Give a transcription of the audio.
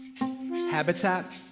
habitat